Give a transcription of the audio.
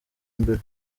mbere